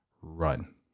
run